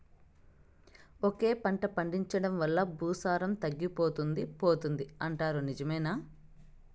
ఒకే పంట పండించడం వల్ల భూసారం తగ్గిపోతుంది పోతుంది అంటారు నిజమేనా